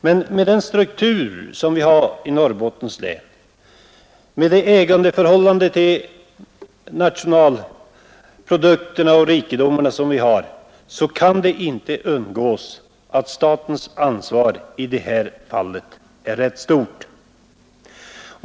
Men med den struktur som Norrbottens län har, med det ägandeförhållande i fråga om naturrikedomarna som där finns, kan jag inte underlåta att säga att statens ansvar i det här fallet är ganska stort.